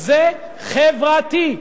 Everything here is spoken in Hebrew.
זה חברתי.